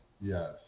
yes